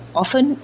often